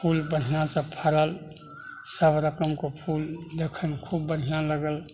फूल बढ़िआँ सँ फड़ल सभ रकमके फूल देखैमे खूब बढ़िआँ लागल